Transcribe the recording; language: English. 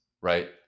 right